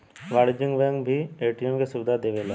वाणिज्यिक बैंक भी ए.टी.एम के सुविधा देवेला